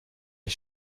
ich